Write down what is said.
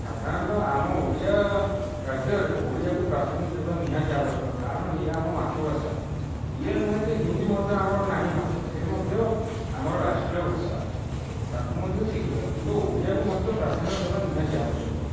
ସାଧାରଣତଃ ଆମ ଓଡ଼ିଆ ରାଜ୍ୟରେ ଓଡ଼ିଆକୁ ପ୍ରାଧାନ୍ୟ ଦେବା ନିହାତି ଆବଶ୍ୟକ କାରଣ ଇଏ ଆମ ମାତୃଭାଷା ଇଏ ନୁହେଁ ଯେ ହିନ୍ଦୀ ମଧ୍ୟ ଆମର ନାହିଁ ଭାଷା ସେ ମଧ୍ୟ ଆମର ରାଷ୍ଟ୍ରୀୟ ଭାଷା ତାକୁ ମଧ୍ୟ ଶିଖିବା କିନ୍ତୁ ଓଡ଼ିଆକୁ ମଧ୍ୟ ପ୍ରାଧାନ୍ୟ ଦେବା ନିହାତି ଆବଶ୍ୟକ